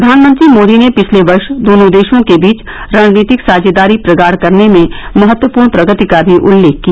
प्रधानमंत्री मोदी ने पिछले वर्ष दोनों देशों के बीच रणनीतिक साझेदारी प्रगाढ़ करने में महत्वपूर्ण प्रगति का भी उल्लेख किया